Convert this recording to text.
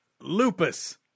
lupus